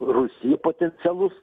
rūsija potencialus